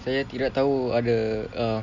tidak tahu ada uh